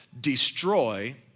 destroy